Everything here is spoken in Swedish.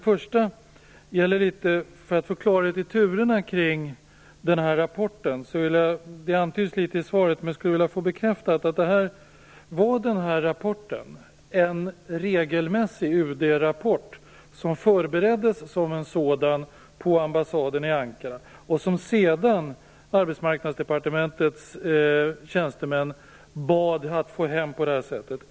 För att få klarhet i turerna kring rapporten - detta antyds litet i svaret, men jag skulle vilja ha en bekräftelse - undrar jag först: Var den här rapporten en regelmässig UD-rapport som förbereddes som en sådan på ambassaden i Ankara och som Arbetsmarknadsdepartementets tjänstemän sedan bad att få hem på det här sättet?